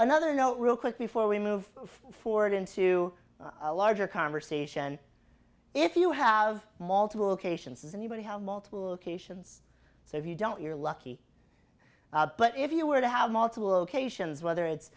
another note real quick before we move forward into a larger conversation if you have multiple cations anybody have multiple occasions so if you don't you're lucky but if you were to have multiple locations whether it's